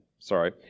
sorry